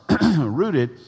rooted